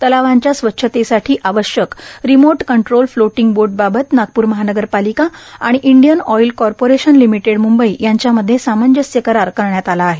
तलावांच्या स्वच्छतेसाठी आवश्यक रिमोट कंट्रोल फ्लोटिंग बोटबाबत नागप्र महानगरपालिका आणि Indian Oil Corporation Limited Mumbai यांच्यामध्ये सामंजस्य करार करण्यात आला आहे